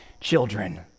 children